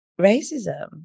racism